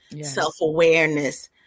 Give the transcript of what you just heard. self-awareness